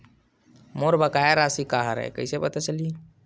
मोर बकाया राशि का हरय कइसे पता चलहि?